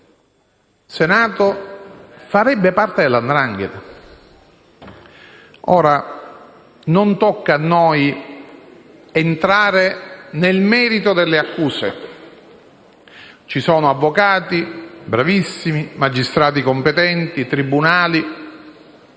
del Senato farebbe parte della 'ndrangheta. Ora, non tocca a noi entrare nel merito delle accuse. Ci sono avvocati bravissimi, magistrati competenti, tribunali